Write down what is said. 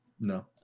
No